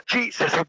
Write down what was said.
Jesus